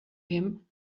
him